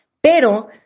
Pero